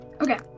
okay